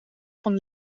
van